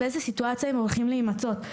באיזו סיטואציה הם הולכים להימצא?